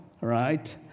right